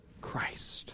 Christ